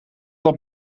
dat